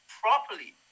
properly